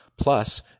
Plus